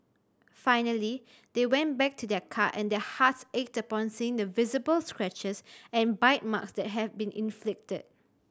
finally they went back to their car and their hearts ached upon seeing the visible scratches and bite marks that had been inflicted